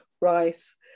rice